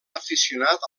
aficionat